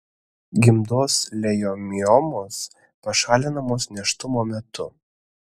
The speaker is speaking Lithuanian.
gimdos lejomiomos pašalinamas nėštumo metu